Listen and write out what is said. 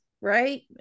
right